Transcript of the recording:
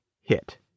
hit